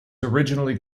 originally